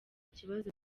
kibazo